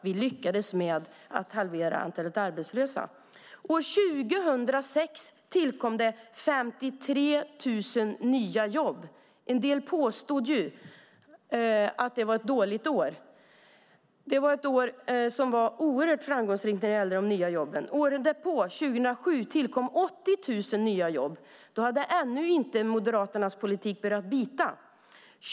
Vi lyckades halvera antalet arbetslösa. År 2006 tillkom det 53 000 nya jobb. En del påstod att det var ett dåligt år. Det var ett år som var oerhört framgångsrikt när det gällde de nya jobben. Året därpå, 2007, tillkom 80 000 nya jobb. Då hade ännu inte Moderaternas politik börjat bita.